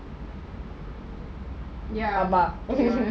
for me it's more of like ya but even if I'm